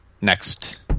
next